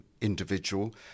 individual